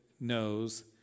knows